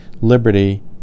liberty